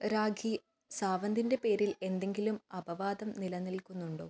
രാഖി സാവന്തിൻ്റെ പേരിൽ എന്തെങ്കിലും അപവാദം നിലനിൽക്കുന്നുണ്ടോ